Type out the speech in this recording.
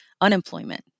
unemployment